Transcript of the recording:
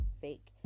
fake